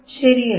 ശരിയല്ലേ